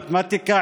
מתמטיקה,